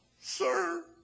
Sir